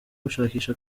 gushakisha